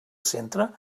centre